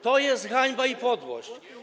To jest hańba i podłość.